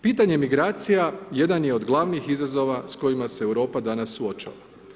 Pitanje migracija jedan je od glavnih izazova s kojima se Europa danas suočava.